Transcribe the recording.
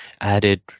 added